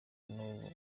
n’ubu